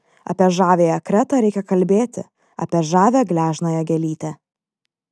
apie žaviąją kretą reikia kalbėti apie žavią gležnąją gėlytę